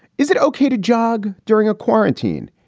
is it okay to jog during a quarantine?